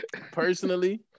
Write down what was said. Personally